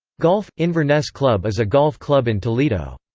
golf inverness club is a golf club in toledo.